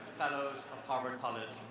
fellows of harvard college,